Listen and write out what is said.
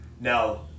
No